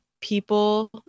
people